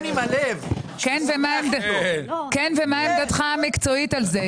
מה עמדתך המקצועית על זה?